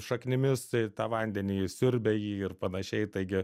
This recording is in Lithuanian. šaknimis tą vandenį siurbia jį ir panašiai taigi